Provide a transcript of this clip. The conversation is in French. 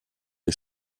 est